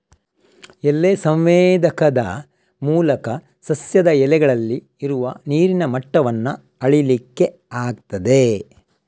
ಎಲೆ ಸಂವೇದಕದ ಮೂಲಕ ಸಸ್ಯದ ಎಲೆಗಳಲ್ಲಿ ಇರುವ ನೀರಿನ ಮಟ್ಟವನ್ನ ಅಳೀಲಿಕ್ಕೆ ಆಗ್ತದೆ